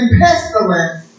pestilence